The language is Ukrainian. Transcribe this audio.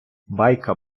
байка